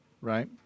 right